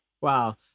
Wow